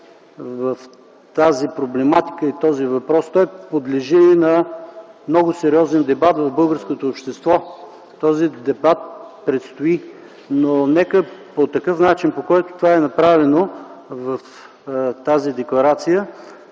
в тази проблематика и този въпрос. Той подлежи и на много сериозен дебат в българското общество. Този дебат предстои. Но нека по такъв начин, по който това е направено в тази декларация,